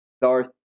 darth